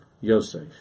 Yosef